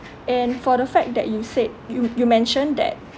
and for the fact that you said you you mentioned that